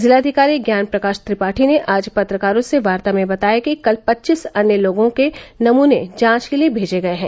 जिलाधिकारी ज्ञान प्रकाश त्रिपाठी ने आज पत्रकारों से वार्ता में बताया कि कल पच्चीस अन्य लोगों के नमूने जांच के लिए मेजे गए हैं